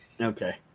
Okay